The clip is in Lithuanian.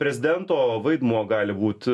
prezidento vaidmuo gali būt